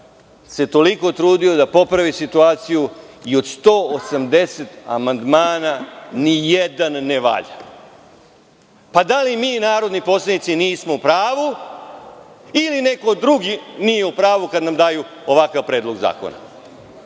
se toliko trudio da popravi situaciju i od 180 amandmana ni jedan ne valja. Da li mi narodni poslanici nismo u pravu ili neko drugi nije u pravu kada nam daju ovakav predlog zakona?